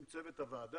עם צוות הוועדה,